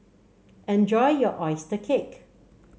enjoy your oyster cake